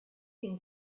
can